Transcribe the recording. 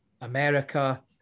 America